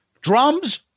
drums